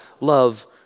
love